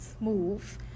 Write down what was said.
move